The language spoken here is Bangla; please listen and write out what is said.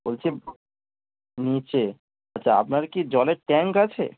বলছি নিচে আচ্ছা আপনার কি জলের ট্যাংক আছে